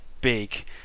big